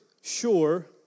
sure